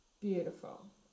Beautiful